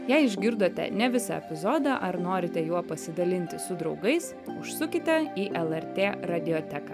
jei išgirdote ne visą epizodą ar norite juo pasidalinti su draugais užsukite į lrt radioteką